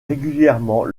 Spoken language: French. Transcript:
régulièrement